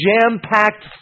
jam-packed